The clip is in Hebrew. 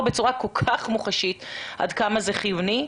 בצורה כל כך מוחשית ומראה עד כמה זה חיוני.